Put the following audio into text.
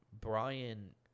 Brian